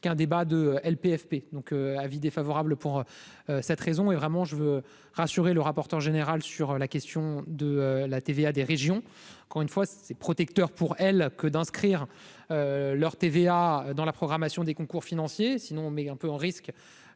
qu'un débat de LPFP donc avis défavorable pour cette raison et vraiment je veux rassurer le rapporteur général sur la question de la TVA des régions quand une fois ses protecteurs pour elle que d'inscrire leur TVA dans la programmation des concours financiers sinon on met un peu en risque